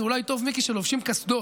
זה אולי טוב שלובשים קסדות,